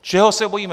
Čeho se bojíme?